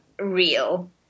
real